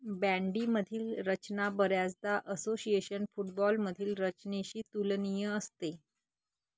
बँडीमधील रचना बऱ्याचदा असोशिएशन फुटबॉलमधील रचनेशी तुलनीय असते